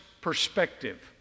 perspective